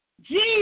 Jesus